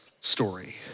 story